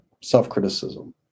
self-criticism